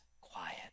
quiet